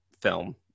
film